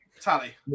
tally